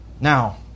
Now